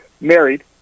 Married